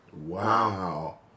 wow